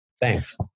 Thanks